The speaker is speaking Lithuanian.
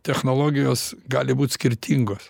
technologijos gali būt skirtingos